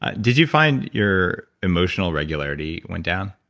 ah did you find your emotional regularity went down?